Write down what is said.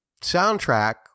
soundtrack